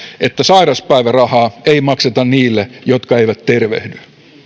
että sairauspäivärahaa ei makseta niille jotka eivät tervehdy